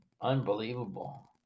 unbelievable